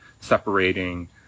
separating